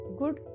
good